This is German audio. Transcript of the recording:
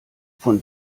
von